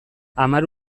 hamar